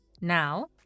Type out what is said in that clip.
Now